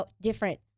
different